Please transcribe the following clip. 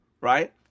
right